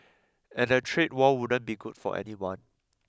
and a trade war wouldn't be good for anyone